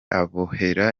ahobera